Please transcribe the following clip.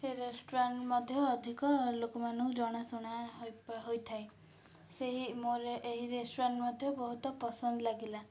ସେ ରେଷ୍ଟୁରାଣ୍ଟ ମଧ୍ୟ ଅଧିକ ଲୋକମାନଙ୍କୁ ଜଣାଶୁଣା ହୋଇ ହୋଇଥାଏ ସେହି ମୋର ଏହି ରେଷ୍ଟୁରାଣ୍ଟ ମଧ୍ୟ ବହୁତ ପସନ୍ଦ ଲାଗିଲା